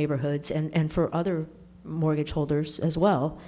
neighborhoods and for other mortgage holders as well